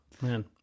Man